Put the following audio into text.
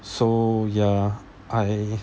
so ya I